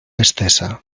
estesa